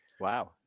Wow